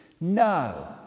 No